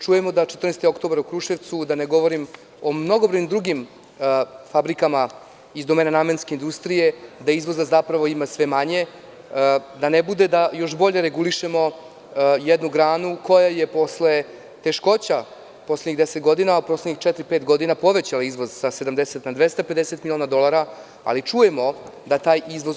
Čujemo da je „14. oktobar“ u Kruševcu, da ne govorim o mnogobrojnim drugim fabrikama iz domena namenske industrije, da izvoza zapravo ima sve manje, da ne bude da još bolje regulišemo jednu granu koja je posle teškoća u poslednjih deset godina, poslednjih četiri-pet godina povećao izvoz sa 70 na 250 miliona dolara, ali čujemo da taj izvoz